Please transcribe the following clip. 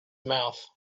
mouth